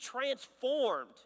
transformed